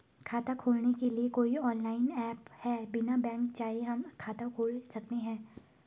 खाता खोलने के लिए कोई ऑनलाइन ऐप है बिना बैंक जाये हम खाता खोल सकते हैं?